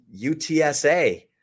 UTSA